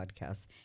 podcasts